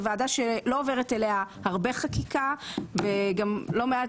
זו ועדה שלא עוברת אליה הרבה חקיקה וגם לא מעט